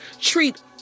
treat